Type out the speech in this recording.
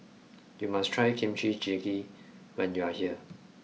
you must try Kimchi jjigae when you are here